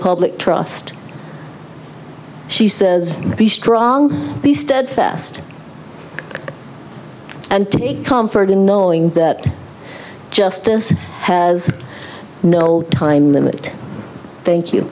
public trust she says be strong be steadfast and take comfort in knowing that justice has no time limit thank you